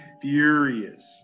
furious